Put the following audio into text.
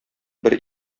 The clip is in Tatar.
бер